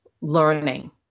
learning